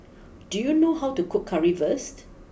do you know how to cook Currywurst